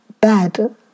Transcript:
bad